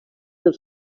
del